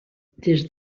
des